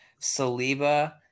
Saliba